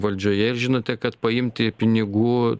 valdžioje ir žinote kad paimti pinigų